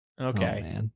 Okay